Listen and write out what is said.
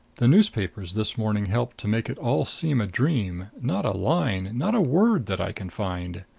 the newspapers this morning helped to make it all seem a dream not a line not a word, that i can find.